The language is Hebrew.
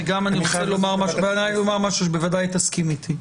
וגם אני אומר משהו שבוודאי תסכים איתי: